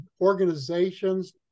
organizations